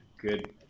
good